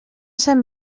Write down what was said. sant